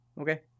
Okay